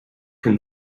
can